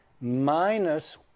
minus